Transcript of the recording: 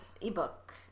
ebook